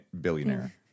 billionaire